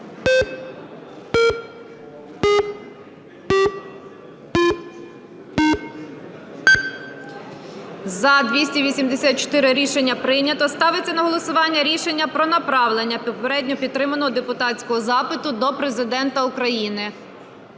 За-284 Рішення прийнято. Ставиться на голосування рішення про направлення попередньо підтриманого депутатського запиту до Президента України.